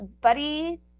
Buddy